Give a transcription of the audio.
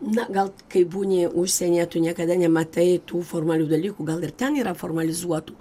na gal kai būni užsienyje tu niekada nematai tų formalių dalykų gal ir ten yra formalizuotų